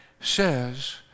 says